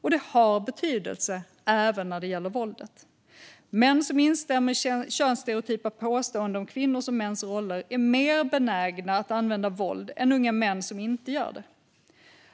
Och det har betydelse även när det gäller våldet. Män som instämmer i könsstereotypa påståenden om kvinnors och mäns roller är mer benägna att använda våld än unga män som inte gör det.